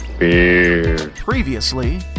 Previously